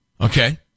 Okay